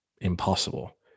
impossible